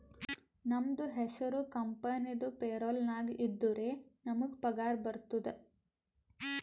ನಮ್ದು ಹೆಸುರ್ ಕಂಪೆನಿದು ಪೇರೋಲ್ ನಾಗ್ ಇದ್ದುರೆ ನಮುಗ್ ಪಗಾರ ಬರ್ತುದ್